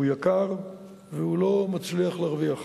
הוא יקר והוא לא מצליח להרוויח.